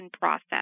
process